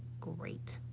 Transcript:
great.